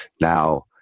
Now